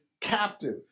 captive